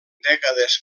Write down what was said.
dècades